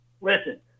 listen